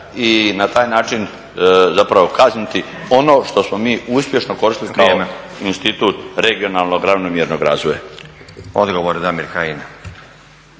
i na taj način zapravo kazniti ono što smo mi uspješno koristili kao institut regionalnog ravnomjernog razvoja. **Stazić,